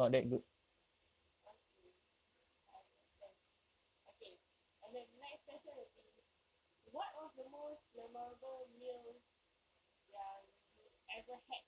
okay okay understand okay and the next question will be what was the most memorable meal yang you ever had